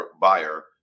buyer